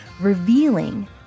revealing